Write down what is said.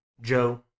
Joe